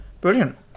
Brilliant